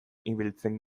ibiltzen